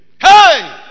Hey